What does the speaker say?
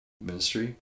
ministry